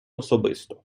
особисто